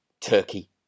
Turkey